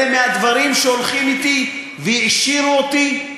אלה מהדברים שהולכים אתי והעשירו אותי,